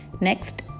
Next